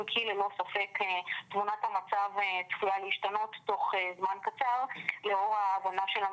אם כי ללא ספק תמונת המצב צפויה להשתנות תוך זמן קצר לאור ההבנה שלנו